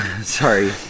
Sorry